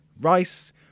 rice